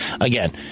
again